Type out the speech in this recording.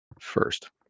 first